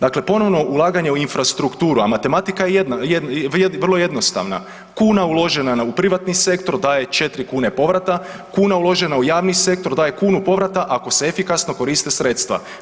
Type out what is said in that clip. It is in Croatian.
Dakle ponovno ulaganje u infrastrukturu a matematika vrijedi vrlo jednostavna, kuna uložena u privatni sektor, daje 4 kn povrata, kuna uložena u javni sektor, daje kunu povrata ako se efikasno koriste sredstva.